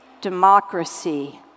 democracy